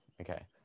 Okay